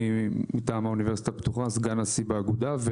אני מטעם האוניברסיטה הפתוחה, סגן נשיא באגודה.